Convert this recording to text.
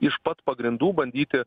iš pat pagrindų bandyti